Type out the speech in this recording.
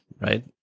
right